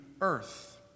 earth